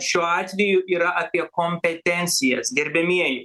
šiuo atveju yra apie kompetencijas gerbiamieji